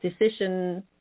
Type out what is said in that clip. decision